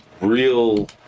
real